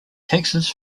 taxes